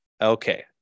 okay